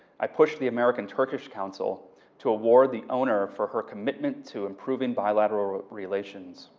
i push the american turkish council to award the owner for her commitment to improving bilateral relations.